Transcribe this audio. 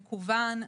מקוון,